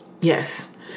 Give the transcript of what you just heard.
Yes